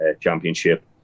championship